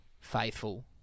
Faithful